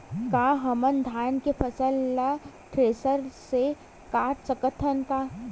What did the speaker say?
का हमन धान के फसल ला थ्रेसर से काट सकथन का?